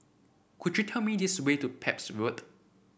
could you tell me this way to Pepys Road